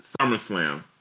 SummerSlam